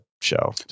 show